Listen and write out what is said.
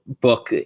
book